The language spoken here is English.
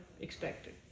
expected